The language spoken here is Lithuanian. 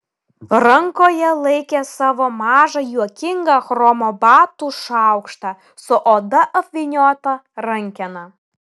rankoje laikė savo mažą juokingą chromo batų šaukštą su oda apvyniota rankena